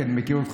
אני מכיר אותך,